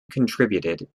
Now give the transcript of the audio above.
contributed